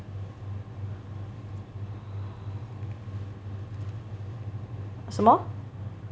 什么